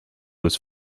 was